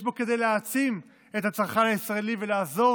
יש בו כדי להעצים את הצרכן הישראלי ולעזור